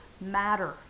matter